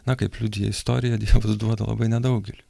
na kaip liudija istorija dievas duoda labai nedaugeliui